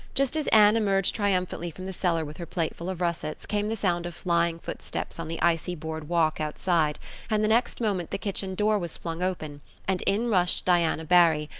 just as anne emerged triumphantly from the cellar with her plateful of russets came the sound of flying footsteps on the icy board walk outside and the next moment the kitchen door was flung open and in rushed diana barry,